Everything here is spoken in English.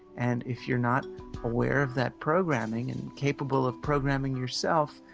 and if you're not aware of that programming and capable of programming yourself,